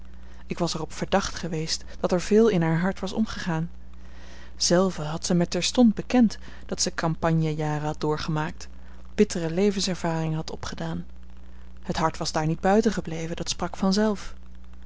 ik was er op verdacht geweest dat er veel in haar hart was omgegaan zelve had zij mij terstond bekend dat zij campagnejaren had doorgemaakt bittere levenservaringen had opgedaan het hart was daar niet buitengebleven dat sprak vanzelf